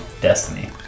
destiny